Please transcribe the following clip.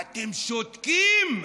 אתם שותקים,